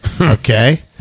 okay